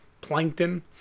Plankton